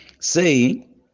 Say